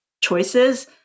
choices